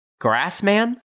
Grassman